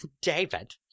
David